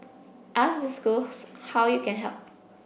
ask the schools how you can help